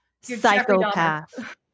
psychopath